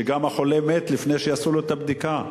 שגם החולה מת לפני שעשו לו את הבדיקה.